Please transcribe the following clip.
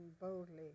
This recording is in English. boldly